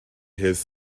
his